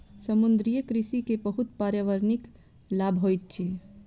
समुद्रीय कृषि के बहुत पर्यावरणिक लाभ होइत अछि